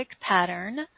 pattern